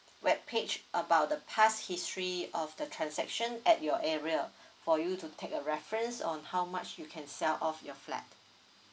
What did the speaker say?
web page about the past history of the transaction at your area for you to take a reference on how much you can sell off your flat